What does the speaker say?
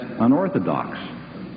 unorthodox